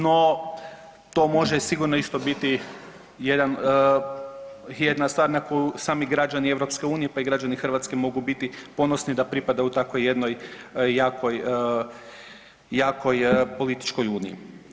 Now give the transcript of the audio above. No to može sigurno isto biti jedan, jedna stvar na koju sami građani EU, pa i građani Hrvatske mogu biti ponosni da pripadaju tako jednoj jakoj, jakoj političkoj uniji.